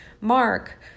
mark